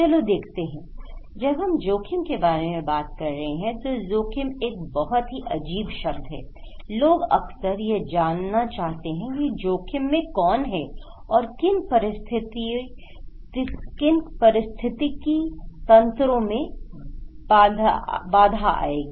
चलो देखते हैं जब हम जोखिम के बारे में बात कर रहे हैं तो जोखिम एक बहुत ही अजीब शब्द है लोग अक्सर यह जानना चाहते हैं कि जोखिम में कौन है और किन पारिस्थितिकी तंत्रों में बाधा आएगी